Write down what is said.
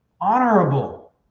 honorable